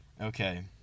Okay